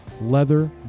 leather